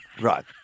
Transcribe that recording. Right